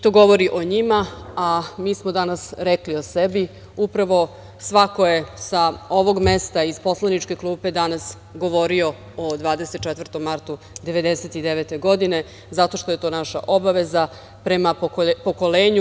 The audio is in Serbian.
To govori o njima, a mi smo danas rekli o sebi upravo svako je sa ovog mesta, iz poslaničke klupe danas govorio o 24. martu 1999. godine, zato što je to naša obaveza prema pokoljenju.